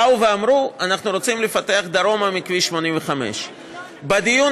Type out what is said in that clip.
באו ואמרו: אנחנו רוצים לפתח דרומה מכביש 85. בדיון